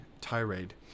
tirade